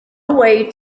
way